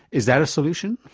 is that a solution?